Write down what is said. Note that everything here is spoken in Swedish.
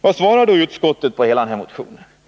Vad svarar då utskottet med anledning av motionen?